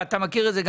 וגם אתה מכיר את זה,